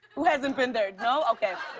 who hasn't been there? no? okay.